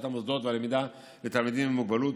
המוסדות והלמידה לתלמידים עם מוגבלות,